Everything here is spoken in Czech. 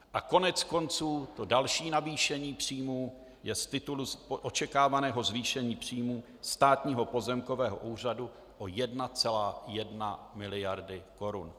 A koneckonců to další navýšení příjmů je z titulu očekávaného zvýšení příjmů Státního pozemkového úřadu o 1,1 mld. korun.